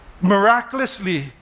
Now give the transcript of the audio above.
miraculously